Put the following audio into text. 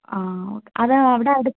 ആഹ് okay അത് അവിടെ